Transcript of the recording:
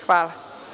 Hvala.